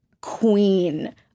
queen